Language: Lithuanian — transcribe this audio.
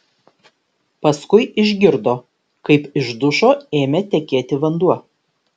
paskui išgirdo kaip iš dušo ėmė tekėti vanduo